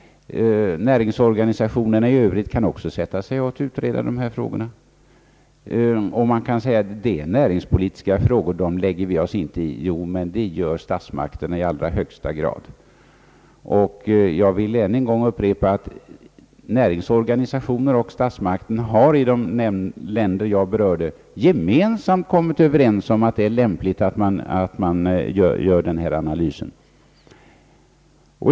Näringsorganisationerna i övrigt kan också sätta sig att utreda dessa frågor. Man kan säga att det här gäller näringspolitiska frågor, som vi inte skall lägga oss i. Men statsmakterna lägger sig ju i dem i allra högsta grad! Jag vill än en gång upprepa, att näringsorganisationerna och statsmakterna i de länder jag berörde gemensamt har kommit överens om att det är lämpligt att man gör denna analys.